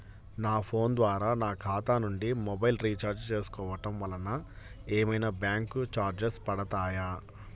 నా ఫోన్ ద్వారా నా ఖాతా నుండి మొబైల్ రీఛార్జ్ చేసుకోవటం వలన ఏమైనా బ్యాంకు చార్జెస్ పడతాయా?